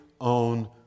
own